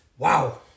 wow